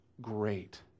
great